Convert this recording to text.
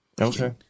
Okay